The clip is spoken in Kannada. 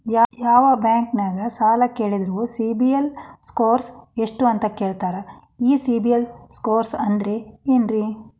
ಯಾವ ಬ್ಯಾಂಕ್ ದಾಗ ಸಾಲ ಕೇಳಿದರು ಸಿಬಿಲ್ ಸ್ಕೋರ್ ಎಷ್ಟು ಅಂತ ಕೇಳತಾರ, ಈ ಸಿಬಿಲ್ ಸ್ಕೋರ್ ಅಂದ್ರೆ ಏನ್ರಿ?